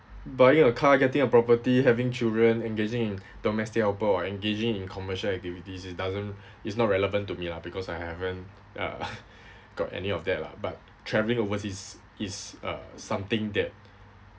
buying a car getting a property having children engaging in domestic helper or engaging in commercial activities it doesn't it's not relevant to me lah because I haven't uh got any of that lah but travelling overseas is uh something that